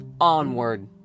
onward